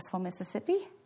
Mississippi